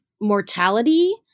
mortality